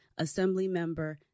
Assemblymember